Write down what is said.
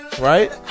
Right